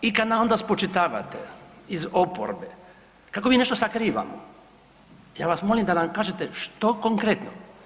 I kad nam onda spočitavate iz oporbe kako mi nešto sakrivamo, ja vas molim da nam kažete što konkretno?